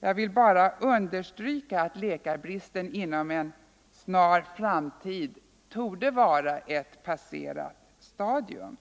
jag vill bara understryka att läkarbristen inom en snar framtid torde vara ett passerat stadium.